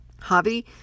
Javi